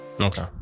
Okay